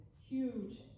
huge